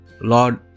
lord